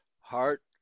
heart